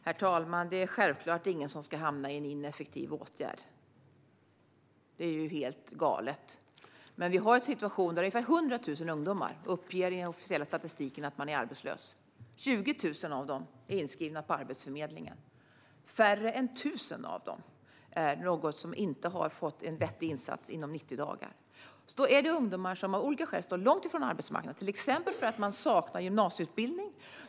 Herr talman! Det är självklart att inte någon ska hamna i en ineffektiv åtgärd. Det är helt galet. Vi har en situation där ungefär 100 000 ungdomar enligt den officiella statistiken uppger att de är arbetslösa. Av dem är 20 000 inskrivna på Arbetsförmedlingen. Det är färre än 1 000 av dessa som inte har fått en vettig insats inom 90 dagar. Det är ungdomar som av olika skäl står långt från arbetsmarknaden, till exempel för att de saknar gymnasieutbildning.